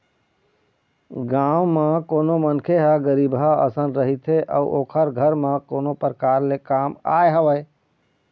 गाँव म कोनो मनखे ह गरीबहा असन रहिथे अउ ओखर घर म कोनो परकार ले काम आय हवय